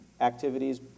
activities